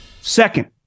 Second